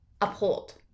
uphold